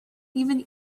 even